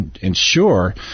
ensure